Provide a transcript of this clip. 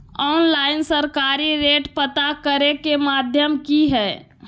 Online सरकारी rate पता करे के माध्यम की हय?